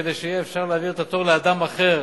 כדי שאפשר יהיה להעביר את התור לאדם אחר,